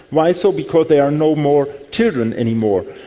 why so? because there are no more children anymore.